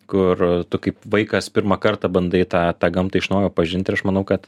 kur tu kaip vaikas pirmą kartą bandai tą tą gamtą iš naujo pažint ir aš manau kad